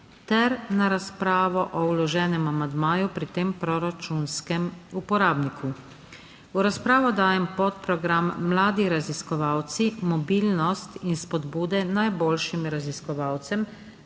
ter na razpravo o vloženem amandmaju pri tem proračunskem uporabniku. V razpravo dajem podprogram mladi raziskovalci, mobilnost in spodbude najboljšim raziskovalcem